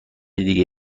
دیگه